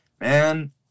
Man